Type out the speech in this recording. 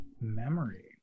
memory